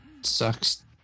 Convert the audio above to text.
sucks